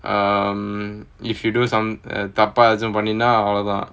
um if you do some uh தப்ப ஏதாச்சும் பண்ணின அவ்ளோ தான்:thappa ethachum panninaa avlo thaan